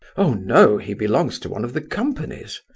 oh no he belongs to one of the companies.